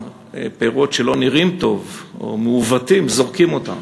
פירות שלא נראים טוב או מעוותים זורקים אותם